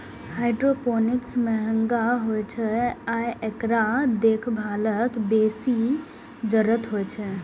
hydroponics महंग होइ छै आ एकरा देखभालक बेसी जरूरत होइ छै